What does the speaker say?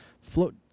float